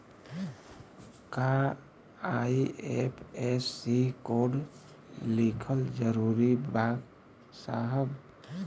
का IFSC code लिखल जरूरी बा साहब?